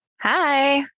Hi